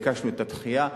ביקשנו את הדחייה,